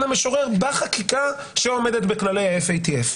המשורר בחקיקה שעומדת בכללי ה-FATF?